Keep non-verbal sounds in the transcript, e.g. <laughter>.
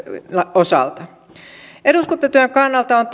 osalta eduskuntatyön kannalta on <unintelligible>